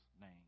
name